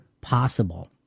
possible